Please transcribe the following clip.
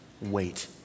wait